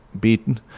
beaten